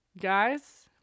Guys